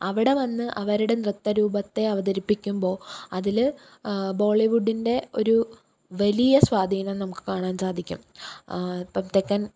അവിടെ വന്ന് അവരുടെ നൃത്തരൂപത്തെ അവതരിപ്പിക്കുമ്പോൾ അതിൽ ബോളിവുഡിന്റെ ഒരു വലിയ സ്വാധീനം നമുക്ക് കാണാൻ സാധിക്കും ഇപ്പം തെക്കൻ